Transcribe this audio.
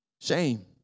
Shame